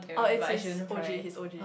oh it's his O_G his O_G